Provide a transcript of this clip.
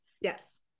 Yes